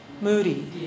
Moody